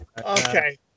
okay